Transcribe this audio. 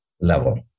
level